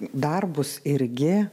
darbus irgi